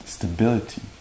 stability